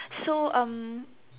so um